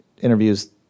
interviews